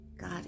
God